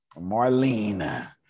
Marlene